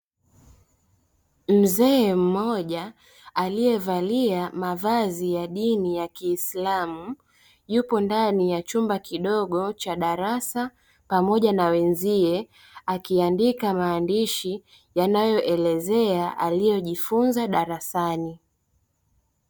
Mzee mmoja alievalia mavazi ya dini ya kiislamu yupo ndani ya chumba kidogo cha darasa pamoja na wenzie akiandika maandishi yanayoelezea aliyojifunza darasani.